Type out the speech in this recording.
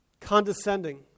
condescending